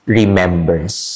remembers